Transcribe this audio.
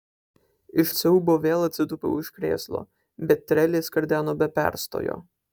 iš siaubo vėl atsitūpiau už krėslo bet trelė skardeno be perstojo